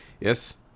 Yes